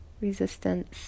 resistance